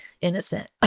innocent